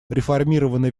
реформированы